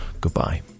goodbye